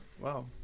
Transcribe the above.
Wow